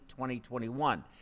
2021